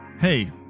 hey